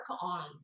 on